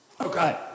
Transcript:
Okay